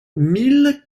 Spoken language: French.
mille